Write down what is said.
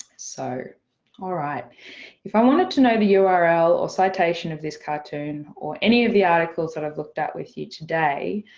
so alright if i wanted to know the ah url or citation of this cartoon or any of the articles that i've looked at with you today,